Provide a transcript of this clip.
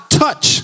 touch